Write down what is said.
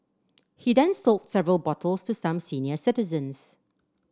he then sold several bottles to some senior citizens